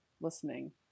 listening